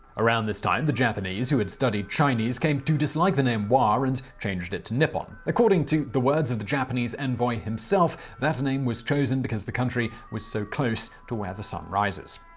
around this time, the japanese who had studied chinese came to dislike the name wa and changed it to nippon. according to the words of the japanese envoy himself, that name was chosen because the country was so close to where the sun rises.